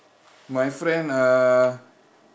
my friend uh